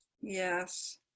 Yes